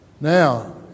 Now